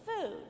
food